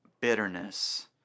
Bitterness